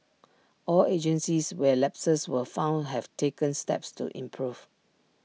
all agencies where lapses were found have taken steps to improve